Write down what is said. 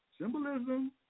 Symbolism